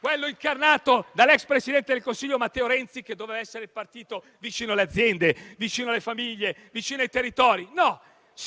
quello incarnato dall'ex presidente del Consiglio Matteo Renzi, che doveva essere vicino alle aziende, alle famiglie e ai territori,